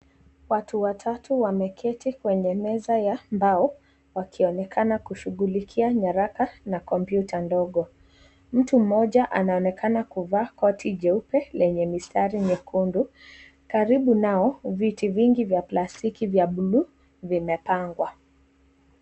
Watu watatu wameketi kwenye meza ya mbao, wakionekana kushughulikia nyaraka na kompyuta ndogo. Mtu mmoja anaonekana kuvaa koti jeupe lenye mistari miekundu. Karibu nao, viti vingi vya plastiki vya bluu vimepangwa.